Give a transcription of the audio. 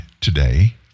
today